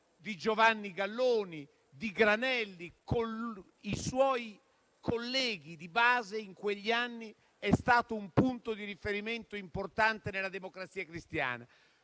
di Giovanni Galloni, di Granelli. Con i suoi colleghi di base, in quegli anni è stato un punto di riferimento importante nella Democrazia Cristiana.